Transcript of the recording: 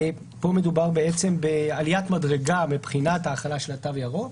כאן מדובר בעליית מדרגה מבחינת ההחלה של התו הירוק.